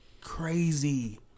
Crazy